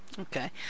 Okay